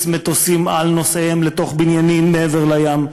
מטוסים על נוסעיהם לתוך בניינים מעבר לים,